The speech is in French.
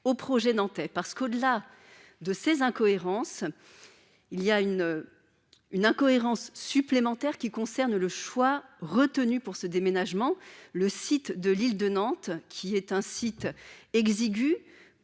au projet nantais parce qu'au-delà de ces incohérences il y a une une incohérence supplémentaires qui concerne le choix retenu pour ce déménagement, le site de l'île de Nantes, qui est un site exigu,